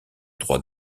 droit